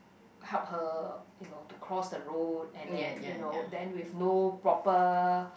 help her you know to cross the road and then you know then with no proper